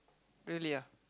really ah